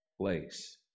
place